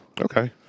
Okay